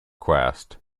request